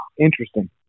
interesting